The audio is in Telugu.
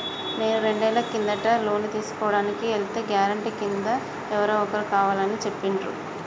నేను రెండేళ్ల కిందట లోను తీసుకోడానికి ఎల్తే గారెంటీ కింద ఎవరో ఒకరు కావాలని చెప్పిండ్రు